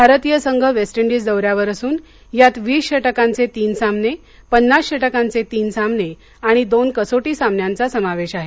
भारतीय संघ West Indies दौर्यावर असून यात वीस षटकांचे तीन सामने पन्नास षटकांचे तीन सामने आणि दोन कसोटी सामन्यांचा समावेश आहे